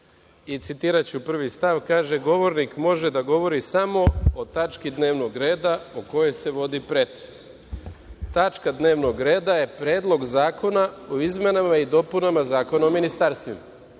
i citiraću prvi stav, kaže – govornik može da govori samo o tački dnevnog reda o kojoj se vodi pretres. Tačka dnevnog reda je Predlog zakona o izmenama i dopunama Zakona o ministarstvima.